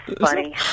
Funny